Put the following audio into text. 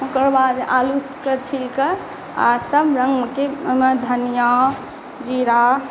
ओकरबाद आलु के छील कऽ आ सब रंग के ओहिमे धनियाँ जीरा